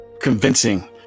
convincing